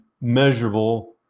measurable